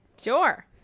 Sure